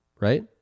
Right